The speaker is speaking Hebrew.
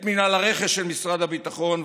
את מינהל הרכש של משרד הביטחון,